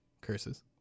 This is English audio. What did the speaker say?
Curses